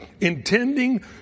intending